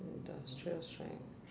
industrial strength